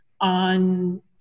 on